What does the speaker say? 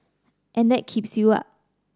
and that keeps you up